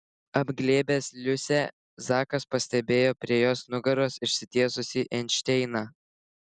apglėbęs liusę zakas pastebėjo prie jos nugaros išsitiesusį einšteiną